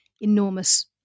enormous